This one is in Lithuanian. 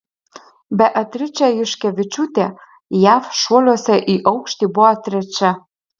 beatričė juškevičiūtė jav šuoliuose į aukštį buvo trečia